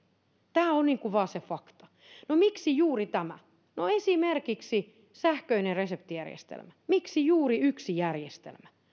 tämä on vain se fakta no miksi juuri tämä no esimerkiksi sähköinen reseptijärjestelmä miksi juuri yksi järjestelmä